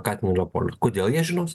katino leopoldo kodėl jie žinos